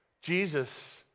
Jesus